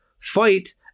fight